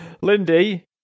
Lindy